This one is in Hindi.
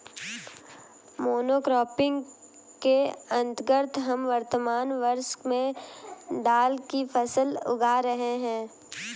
मोनोक्रॉपिंग के अंतर्गत हम वर्तमान वर्ष में दाल की फसल उगा रहे हैं